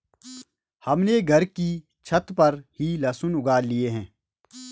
हमने घर की छत पर ही लहसुन उगा लिए हैं